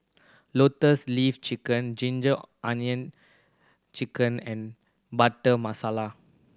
Lotus Leaf Chicken ginger onion chicken and Butter Masala